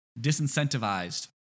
disincentivized